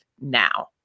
now